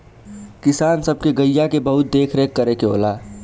किसान सब के गइया के बहुत देख रेख करे के होला